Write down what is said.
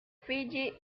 fiyi